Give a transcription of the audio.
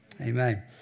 Amen